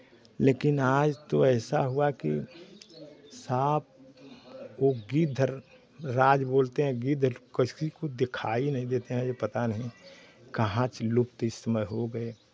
लेकिन आज तो ऐसा हुआ की साँप वो गिद्धराज बोलते हैं गिद्ध किसी को दिखाई नहीं देते हैं ये पता नहीं कहाँ से लुप्त इस समय हो गए